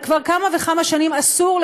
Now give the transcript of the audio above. וכבר כמה וכמה שנים אסור,